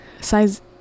Size